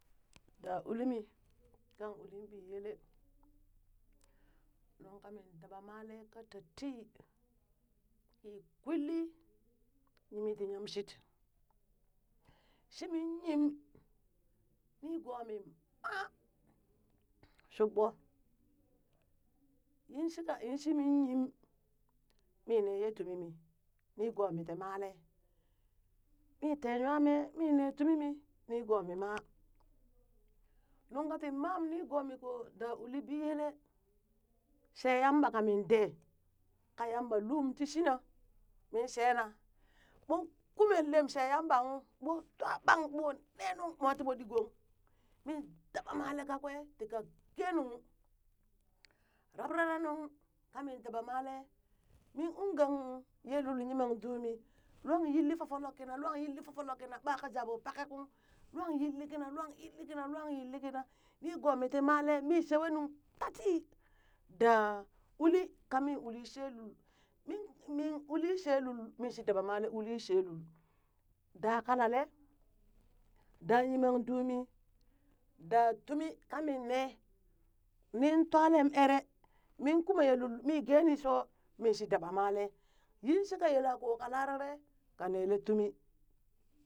Da uli mi kang uli biyele, nuŋka min daba malee ka titii kii kwilli yimi ti yamshit, shimin yim nigoomi maa shuɓɓo, yinshika in shimi yim, mi neye tumimi, nigomi ti malee mi tee nyamee minee tumi mii, nigomi maa, nuŋ ka ti mam niigoomi koon da uli biyele, shee yamba kamin dee, ka yamba lum tii shina minshee na ɓon kumee lem shee yamba ung ɓoo twaa ɓang ɓoo nee nung mwa ti ɓoo ɗi gong, min daba malee ka kwee ti ka kenung, rabrare nuŋ kamin abamalee, mii uu gang yelul yiman duu lwan yilli fofolukina lwan yilli fofolukina, ɓa ka ja ɓoo kpaka ung lwan yilli kina lwan yilli kina, nigoomi tii malee mi shewe nuŋ tatii daa uli kamin min uli shee lul min mii ulishe lul min shi dabamalee uli she lul, daa kalale da yimandumi daa tumi kamin nee, nin twalem ere, min kume yee lul mi gee nii shoo min shii daba malee yin shika yela koo ka larere ka nele tumi.